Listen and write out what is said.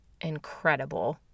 incredible